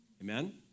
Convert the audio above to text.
Amen